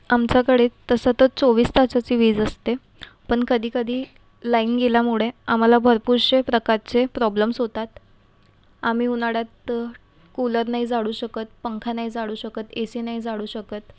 आमच्याकडे तसं तर चोवीस तासाची वीज असते पण कधीकधी लाईन गेल्यामुळे आम्हाला भरपूरसे प्रकारचे प्रॉब्लेम्स होतात आम्ही उन्हाळ्यात कूलर नाही जाळू शकत पंखा नाही जाळू शकत ए सी नाही जाळू शकत